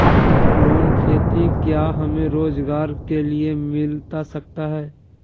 Loan खेती क्या हमें रोजगार के लिए मिलता सकता है?